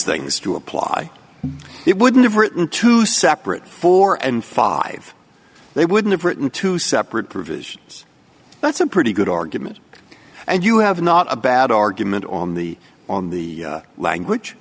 things to apply it wouldn't have written two separate four and five they wouldn't have written two separate provisions that's a pretty good argument and you have not a bad argument on the on the language